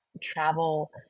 travel